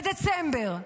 בדצמבר?